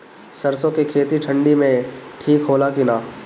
सरसो के खेती ठंडी में ठिक होला कि ना?